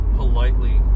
politely